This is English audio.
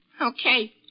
Okay